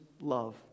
love